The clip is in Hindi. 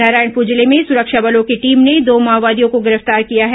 नारायणपुर जिले में सुरक्षा बलों की टीम ने दो माओवादियों को गिरफ्तार किया है